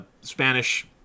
Spanish